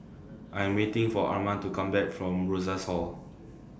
I Am waiting For Arman to Come Back from Rosas Hall